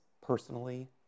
personally